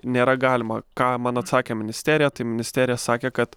nėra galima ką man atsakė ministerija tai ministerija sakė kad